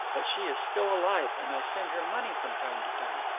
but she is still alive, and i send her money from time to time.